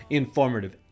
informative